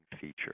feature